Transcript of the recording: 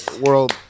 world